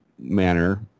manner